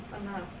enough